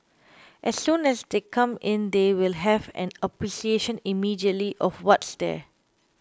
as soon as they come in they will have an appreciation immediately of what's there